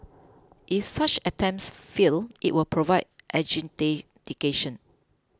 if such attempts fail it will provide